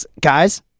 Guys